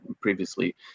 previously